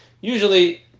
usually